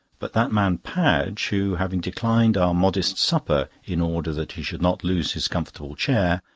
but that man padge, who having declined our modest supper in order that he should not lose his comfortable chair,